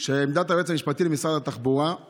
שעמדת היועץ המשפטי למשרד התחבורה היא